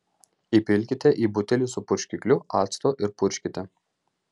įpilkite į butelį su purškikliu acto ir purkškite